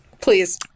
please